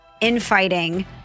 infighting